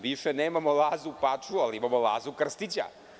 Više nemamo Lazu Pačua, ali imamo Lazu Krstića.